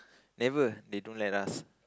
never they don't let us